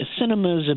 Cinema's